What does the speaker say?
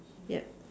yup